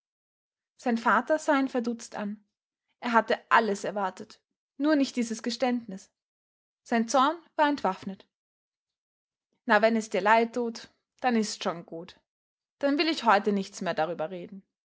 sein vater sah ihn verdutzt an er hatte alles erwartet nur nicht dieses geständnis sein zorn war entwaffnet na wenn es dir leid tut dann ists schon gut dann will ich heute nichts mehr darüber reden